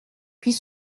puis